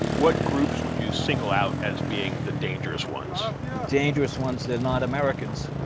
what groups would you single out as being the dangerous ones? the dangerous ones they're not americans.